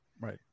right